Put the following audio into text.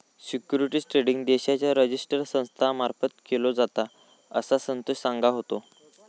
securities trading देशाच्या register संस्था मार्फत केलो जाता, असा संतोष सांगा होतो